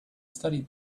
studied